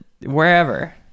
wherever